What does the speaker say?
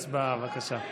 הצבעה, בבקשה.